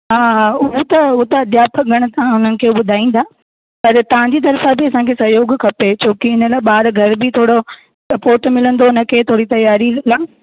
हा हा उहो त उहो ई त अध्यापक घण सां उन्हनि खे ॿुधाईंदा पर तव्हां जी तर्फ़ां बि असांखे सहयोगु खपे छोकी हिन लाइ ॿार घरु बि थोरो सपोट मिलंदो हुन खे थोरी तियारी जे लाइ